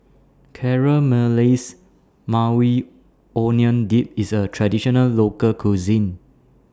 Caramelized Maui Onion Dip IS A Traditional Local Cuisine